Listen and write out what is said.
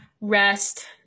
rest